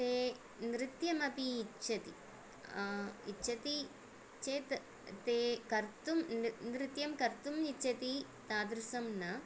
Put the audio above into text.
ते नृत्यमपी इच्छति इच्छति चेत् ते कर्तुं नृत्यं कर्तुं इच्छति तादृशं न